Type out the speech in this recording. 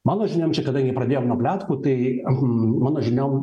mano žiniom čia kadangi pradėjom nuo pletkų tai mano žiniom